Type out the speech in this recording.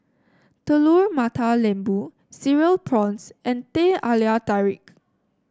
Telur Mata Lembu Cereal Prawns and Teh Halia Tarik